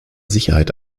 sicherheit